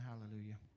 hallelujah